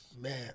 man